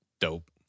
Dope